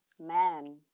man